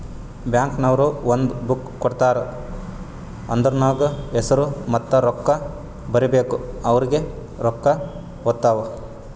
bank ನವ್ರು ಒಂದ್ book ಕೊಡ್ತಾರ್ ಅದೂರ್ನಗ್ ಹೆಸುರ ಮತ್ತ ರೊಕ್ಕಾ ಬರೀಬೇಕು ಅವ್ರಿಗೆ ರೊಕ್ಕಾ ಹೊತ್ತಾವ್